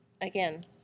again